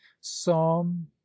psalm